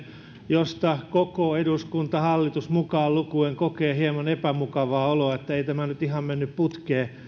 josta koko eduskunta hallitus mukaan lukien kokee hieman epämukavaa oloa että ei tämä nyt ihan mennyt putkeen